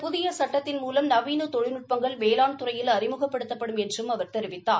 புதிய சட்டத்தின் மூவம் நவீன தொழில்நுட்பங்கள் வேளாண் இந்த துறையில் அறிமுகப்படுத்தப்படும் என்றும் அவர் தெரிவித்தார்